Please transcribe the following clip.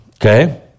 Okay